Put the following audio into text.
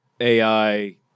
ai